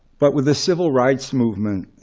but with the civil rights movement,